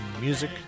music